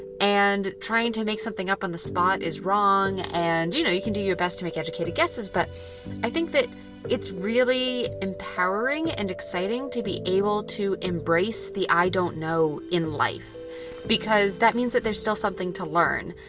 and trying to make something up on the spot is wrong. and you know you can do your best to make educated guesses, but i think that it's really empowering and exciting to be able to embrace the i don't know in life because that means that there's still something to learn.